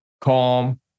calm